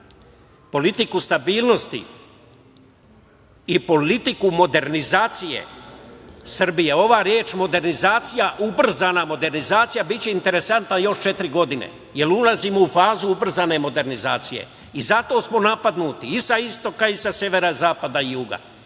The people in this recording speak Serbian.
politiku stabilnosti i politiku modernizacije Srbije… Ova reč „modernizacija“, ubrzana modernizacija biće interesantna još četiri godine, jer ulazimo u fazu ubrzane modernizacije i zato smo napadnuti i sa istoka i sa severa i sa zapada i sa